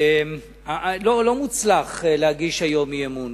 לא מוצלח להגיש היום אי-אמון.